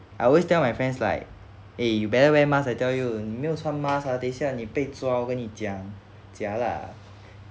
I always tell my friends like eh you better wear masks I tell you 你没有穿 mask 等一下你被抓跟你讲 jialat ah